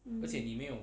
mm